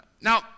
now